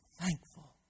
thankful